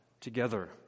together